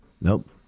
Nope